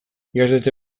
ikastetxe